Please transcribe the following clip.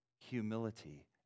humility